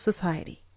society